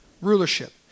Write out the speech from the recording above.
rulership